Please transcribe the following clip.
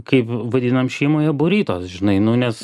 kaip vadinam šeimoje buritos žinai nu nes